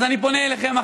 אני פונה אליכם,